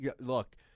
look—